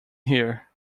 here